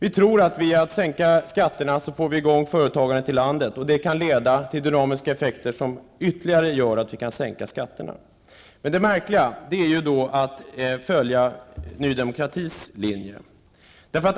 Vi tror att vi, om vi sänker skatterna, får i gång företagandet i landet och det kan ge dynamiska effekter, som gör att vi kan sänka skatterna ytterligare. Men det är märkligt att följa Ny Demokratis linje.